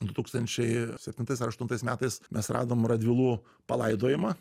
du tūkstančiai septintas ar aštuntais metais mes radom radvilų palaidojimą